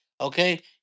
okay